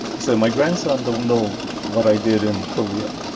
so my grandson don't know what i did in korea.